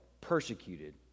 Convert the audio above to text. persecuted